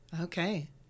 Okay